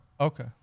Okay